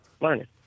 learning